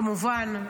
כמובן,